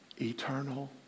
Eternal